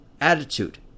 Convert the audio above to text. attitude